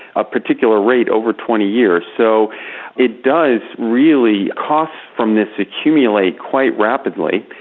a particular rate, over twenty years. so it does really, costs from this accumulate quite rapidly,